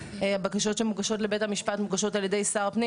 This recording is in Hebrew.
כשהבקשות שמוגשות לבית המשפט מוגשות על ידי שר הפנים